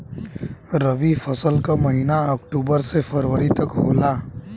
रवी फसल क महिना अक्टूबर से फरवरी तक होला